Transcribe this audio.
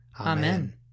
Amen